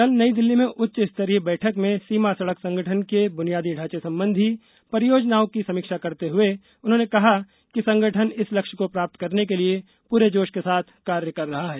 कल नई दिल्ली में उच्च स्तरीय बैठक में सीमा सड़क संगठन की बुनियादी ढांचे संबंधी परियोजनाओं की समीक्षा करते हए उन्होंने कहा कि संगठन इस लक्ष्यं को प्राप्त करने के लिए पूरे जोश के साथ कार्य कर रहा है